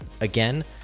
Again